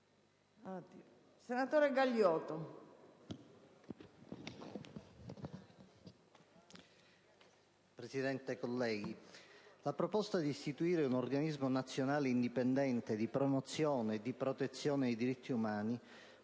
Presidente, colleghi, la proposta di istituire un organismo nazionale indipendente di promozione e protezione dei diritti umani